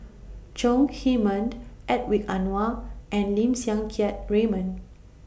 Chong Heman Hedwig Anuar and Lim Siang Keat Raymond